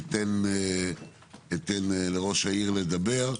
אני אתן לראש העיר לדבר.